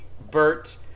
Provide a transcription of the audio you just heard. Bert